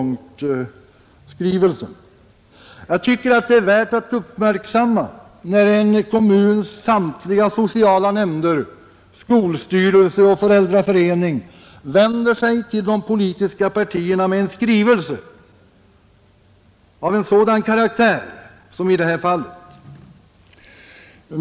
Jag tycker att det är värt att uppmärksamma när en kommuns samtliga sociala nämnder, skolstyrelse och föräldraförening vänder sig till de politiska partierna med en skrivelse av en sådan karaktär som i det här fallet.